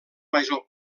major